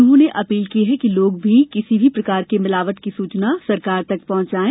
उन्होंने अपील की है कि लोग भी किसी भी प्रकार की मिलावट की सूचना शासन तक पहुंचाएं